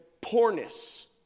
poorness